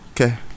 Okay